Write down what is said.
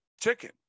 chicken